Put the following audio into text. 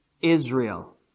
Israel